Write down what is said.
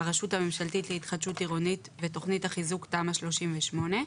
"הרשות הממשלתית להתחדשות עירונית" ו"תכנית החיזוק (תמ"א 38)",